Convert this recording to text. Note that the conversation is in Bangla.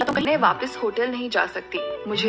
সেত সরিষা একর প্রতি প্রতিফলন কত কুইন্টাল?